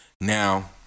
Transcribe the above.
now